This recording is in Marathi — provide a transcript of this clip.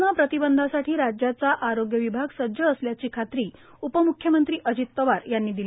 करोना प्रतिबंधासाठी राज्याचा आरोग्य विभाग सज्ज असल्याची खात्री उपम्ख्यमंत्री अजित पवार यांनी दिली